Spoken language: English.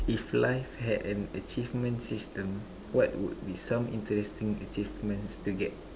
if life had an achievement system what would be some interesting achievements to get